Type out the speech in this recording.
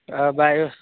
ଆଉ ବା